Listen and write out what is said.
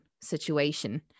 situation